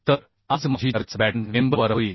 तर आज माझी चर्चा बॅटन मेंबर वर होईल